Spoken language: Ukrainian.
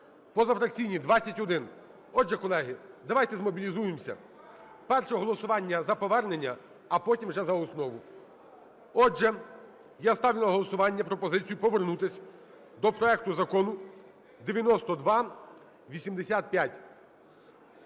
Позафракційні – 21. Отже, колеги, давайте змобілізуємося. Перше голосування – за повернення, а потім вже за основу. Отже, я ставлю на голосування пропозицію повернутись до проекту Закону 9285.